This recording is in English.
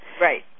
Right